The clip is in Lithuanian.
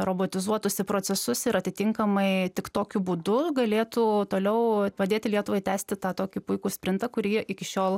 robotizuotųsi procesus ir atitinkamai tik tokiu būdu galėtų toliau padėti lietuvai tęsti tą tokį puikų sprintą kurį iki šiol